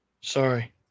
Sorry